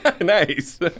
Nice